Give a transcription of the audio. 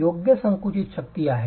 योग्य संकुचित शक्ती आहे